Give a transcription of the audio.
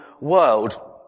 world